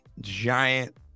giant